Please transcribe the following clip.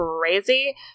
crazy